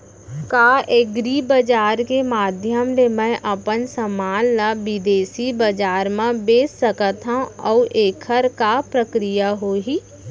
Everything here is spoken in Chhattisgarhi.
का एग्रीबजार के माधयम ले मैं अपन समान ला बिदेसी बजार मा बेच सकत हव अऊ एखर का प्रक्रिया होही?